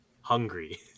Hungry